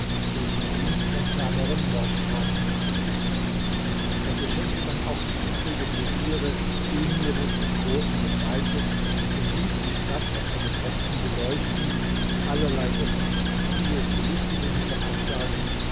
welche ihn von ferneren mordtaten abhielt er beschenkte dann auch die übrigen veziere emire und großen des reiches und ließ die stadt auf seine kosten beleuchten allerlei öffentliche spiele und belustigungen veranstalten